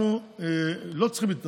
אנחנו לא צריכים להתנצל,